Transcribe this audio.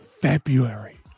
February